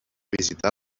visitar